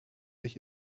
ich